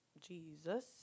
Jesus